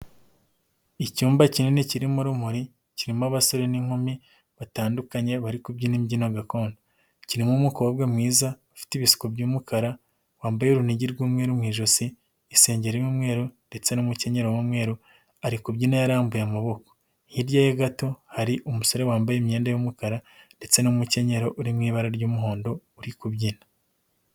Icyumba kinini kirimo urumuri, kirimo abasore n'inkumi batandukanye bari kubyina imbyino gakondo. Kirimo umukobwa mwiza ufite ibisuko by'umukara, wambaye urunigi rw'umweru mu ijosi, isengeri y'umweru ndetse n'umukenyero w'umweru. Ari kubyina yarambuye amaboko. Hirya ye gato hari umusore wambaye imyenda y'umukara ndetse n'umukenyero uri mu ibara ry'umuhondo uri kubyina.